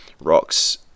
rocks